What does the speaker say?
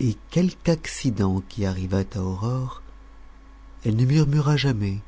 et quelque accident qui arrivât à aurore elle ne murmura jamais